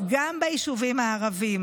גם ביישובים הערביים.